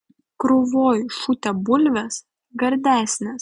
krūvoj šutę bulvės gardesnės